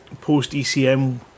post-ECM